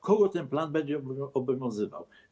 Kogo ten plan będzie obowiązywał?